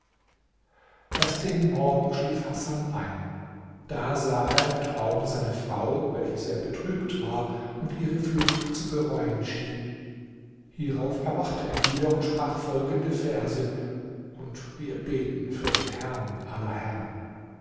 erst gegen morgen schlief hasan ein da sah er im traum seine frau welche sehr betrübt war und ihre flucht zu bereuen schien hierauf erwachte er wieder und sprach folgende verse und wir beten für den herrn aller herren